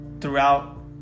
throughout